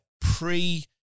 pre